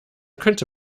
könnte